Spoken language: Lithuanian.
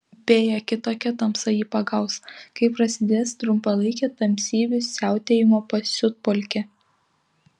beje kitokia tamsa jį pagaus kai prasidės trumpalaikė tamsybių siautėjimo pasiutpolkė